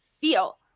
feel